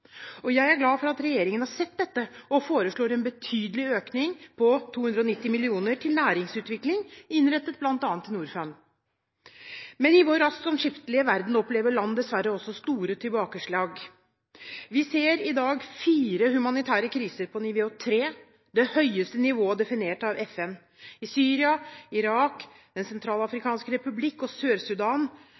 fattigdom. Jeg er glad for at regjeringen har sett dette og foreslår en betydelig økning på 290 mill. kr til næringsutvikling, innrettet bl.a. til Norfund. Men i vår raskt omskiftelige verden opplever land dessverre også store tilbakeslag. Vi ser i dag fire humanitære kriser på nivå 3, det høyeste nivået definert av FN. I Syria, Irak, Den sentralafrikanske republikk og